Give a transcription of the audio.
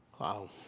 Wow